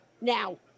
now